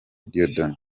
dieudonne